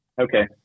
Okay